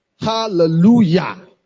hallelujah